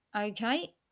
Okay